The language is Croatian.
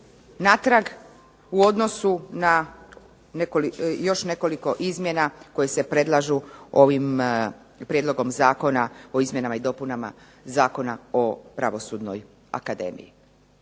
natrag u odnosu na još nekoliko izmjena koje se predlažu ovim Prijedlogom Zakona o izmjenama i dopunama Zakona o Pravosudnoj akademiji.